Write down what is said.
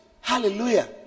hallelujah